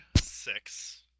six